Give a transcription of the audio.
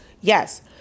Yes